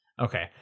Okay